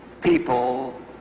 people